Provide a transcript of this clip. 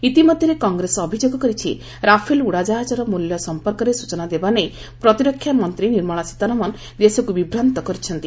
ଇତିମଧ୍ୟରେ କଂଗ୍ରେସ ଅଭିଯୋଗ କରିଛି ରାଫେଲ୍ ଉଡ଼ାଜାହାଜର ମୂଲ୍ୟ ସମ୍ପର୍କରେ ସ୍ଟଚନା ଦେବା ନେଇ ପ୍ରତିରକ୍ଷା ମନ୍ତ୍ରୀ ନିର୍ମଳା ସୀତାରମଣ ଦେଶକୁ ବିଭ୍ରାନ୍ତ କରିଛନ୍ତି